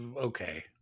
okay